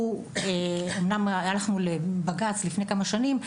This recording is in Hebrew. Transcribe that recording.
אמנם הלכנו לבג״ץ לפני כמה שנים,